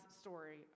story